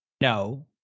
no